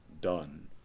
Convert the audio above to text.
done